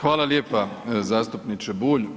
Hvala lijepa zastupniče Bulj.